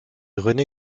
rené